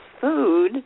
food